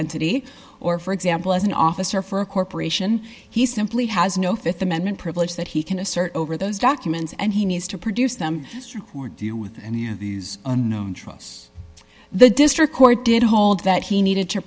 entity or for example as an officer for a corporation he simply has no th amendment privilege that he can assert over those documents and he needs to produce them or deal with any of these unknown trus the district court did hold that he needed to